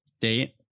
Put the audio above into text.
date